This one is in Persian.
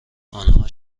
آنها